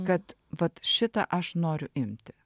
kad vat šitą aš noriu imti